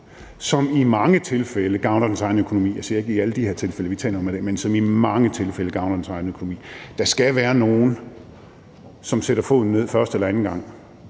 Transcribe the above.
men i mange tilfælde – så skal der være nogen, som sætter foden ned første eller anden gang